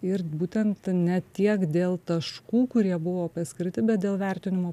ir būtent ne tiek dėl taškų kurie buvo paskirti bet dėl vertinimo